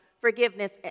forgiveness